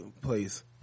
place